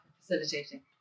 facilitating